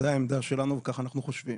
זו העמדה שלנו, וככה אנחנו חושבים.